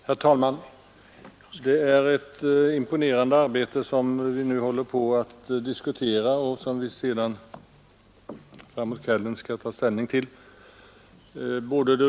Herr talman! Det ligger ett imponerande arbete bakom de ärenden som vi nu håller på att diskutera och framåt kvällen skall ta ställning till.